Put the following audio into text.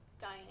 Diane